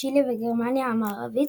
צ'ילה וגרמניה המערבית,